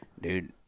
Dude